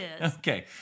Okay